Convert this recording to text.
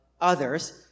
others